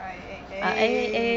ah eh eh